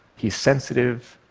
he's sensitive,